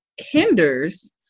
hinders